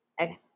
Okay